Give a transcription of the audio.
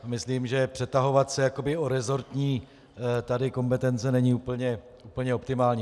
Myslím, že přetahovat se jakoby o resortní kompetence není úplně optimální.